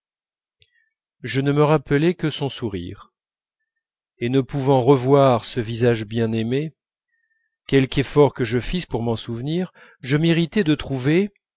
je ne me rappelais que son sourire et ne pouvant revoir ce visage bien-aimé quelque effort que je fisse pour m'en souvenir je m'irritais de trouver